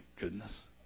goodness